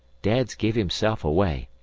dad's give himself away.